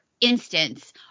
instance